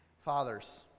Fathers